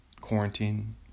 quarantine